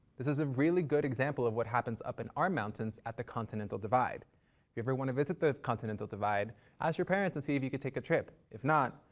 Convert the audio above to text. this is a really good example of what happens up in our mountains at the continental divide. if you ever want to visit the continental divide ask your parents and see if you could take a trip. if not,